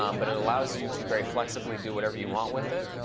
um but it allows you to very flexibly do whatever you want with it.